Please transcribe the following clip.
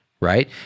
right